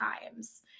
times